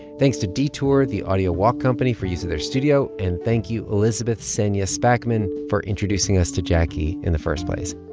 thanks to detour, the audio walk company, for use of their studio. and thank you elizabeth senja spackman for introducing us to jacquie in the first place.